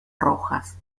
rojas